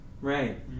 Right